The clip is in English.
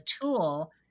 tool